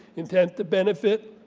intent to benefit,